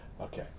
Okay